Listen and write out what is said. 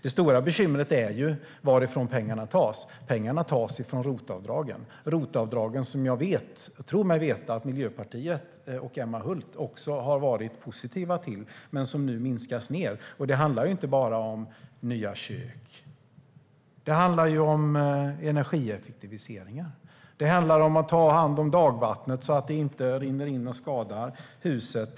Det stora bekymret är varifrån pengarna tas. Pengarna tas från ROT-avdragen, som jag tror mig veta att Miljöpartiet och Emma Hult har varit positiva till men som nu minskas ned. Det handlar ju inte bara om nya kök. Det handlar om energieffektiviseringar. Det handlar om att ta hand om dagvattnet så att det inte rinner in och skadar huset.